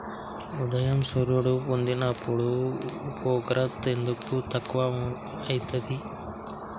ఉదయం సూర్యుడు పొడిసినప్పుడు ఉష్ణోగ్రత ఎందుకు తక్కువ ఐతుంది?